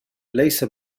ليس